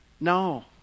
No